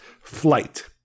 flight